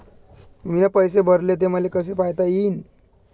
मीन पैसे भरले, ते मले कसे पायता येईन?